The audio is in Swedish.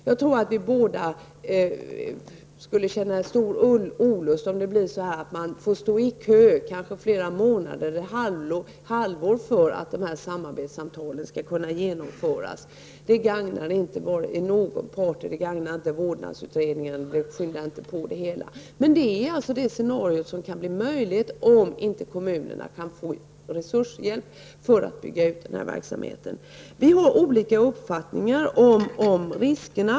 Jag tror att de berörda skulle känna stor olust om de fick stå i kö -- kanske i flera månader och upp till ett halvår -- för att kunna genomföra dessa samtal. Det gagnar inte någon part och inte heller vårdnadsutredningen. Det är det scenario som kan bli verklighet om inte kommunerna får resurser för att bygga ut verksamheten. Vi har olika uppfattningar om riskerna.